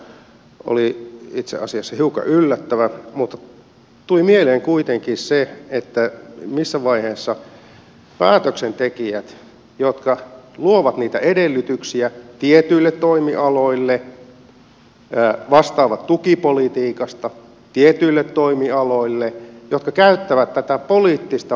tämä pekkarisen vastaus oli itse asiassa hiukan yllättävä mutta tuli mieleen kuitenkin se että missä vaiheessa päätöksentekijät jotka luovat niitä edellytyksiä tietyille toimialoille vastaavat tukipolitiikasta tietyille toimialoille käyttävät tätä poliittista valtaa